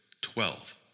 Twelve